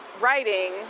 writing